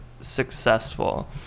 successful